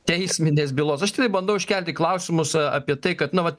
teisminės bylos aš tiktai bandau iškelti klausimus a apie tai kad na vat